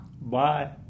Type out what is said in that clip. Bye